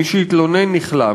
מי שהתלונן נכלא.